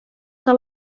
que